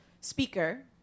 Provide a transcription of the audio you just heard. speaker